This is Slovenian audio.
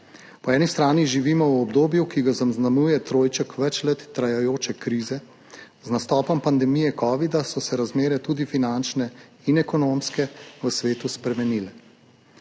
Po eni strani živimo v obdobju, ki ga zaznamuje trojček več let trajajoče krize. Z nastopom pandemije covida so se razmere, tudi finančne in ekonomske, v svetu spremenile.